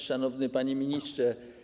Szanowny Panie Ministrze!